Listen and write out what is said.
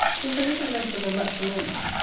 think a little less of the matrimonial,